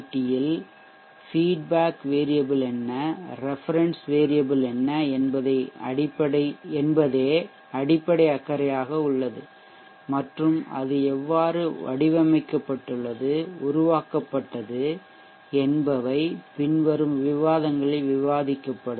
D யில் feedback variable என்ன reference variable என்னஎன்பதே அடிப்படை அக்கறையாக உள்ளது மற்றும் அது எவ்வாறு வடிவமைக்கப்பட்டுள்ளது உருவாக்கப்பட்டது என்பவை பின்வறும் விவாதங்களில் விவாதிக்கப்படும்